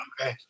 Okay